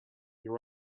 your